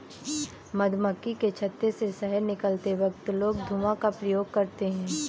मधुमक्खी के छत्ते से शहद निकलते वक्त लोग धुआं का प्रयोग करते हैं